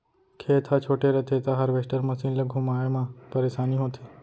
खेत ह छोटे रथे त हारवेस्टर मसीन ल घुमाए म परेसानी होथे